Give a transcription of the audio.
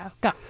Go